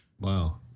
Wow